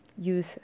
Use